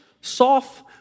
soft